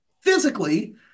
physically